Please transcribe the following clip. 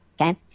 okay